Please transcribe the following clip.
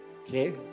Okay